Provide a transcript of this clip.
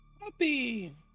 Happy